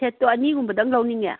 ꯄ꯭ꯂꯦꯠꯇꯣ ꯑꯅꯤꯒꯨꯝꯕꯗꯪ ꯂꯧꯅꯤꯡꯉꯦ